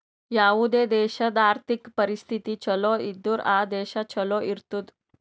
ಯಾವುದೇ ದೇಶಾದು ಆರ್ಥಿಕ್ ಪರಿಸ್ಥಿತಿ ಛಲೋ ಇದ್ದುರ್ ಆ ದೇಶಾ ಛಲೋ ಇರ್ತುದ್